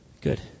Good